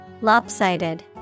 Lopsided